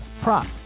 prop